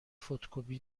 فتوکپی